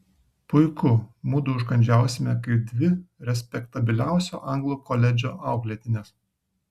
puiku mudu užkandžiausime kaip dvi respektabiliausio anglų koledžo auklėtinės